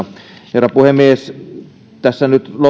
herra puhemies tässä nyt